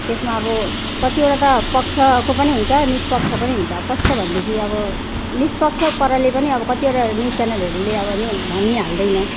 त्यसमा अब कतिवटा त पक्षको पनि हुन्छ निष्पक्ष पनि हुन्छ अब कस्तो भनेदेखि अब निष्पक्ष पाराले पनि अब कतिवटा न्युज च्यानलहरूले अब नि भनिहाल्दैन